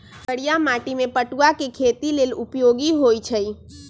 करिया माटि में पटूआ के खेती लेल उपयोगी होइ छइ